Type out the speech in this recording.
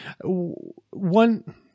one